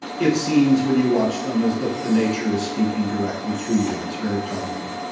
it seems when you watch them as if the nature is speaking directly to you. it's very powerful.